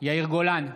יאיר גולן,